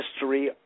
history